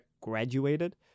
graduated